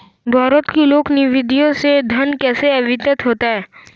भारत की लोक निधियों से धन कैसे आवंटित होता है?